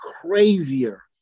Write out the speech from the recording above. crazier